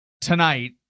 tonight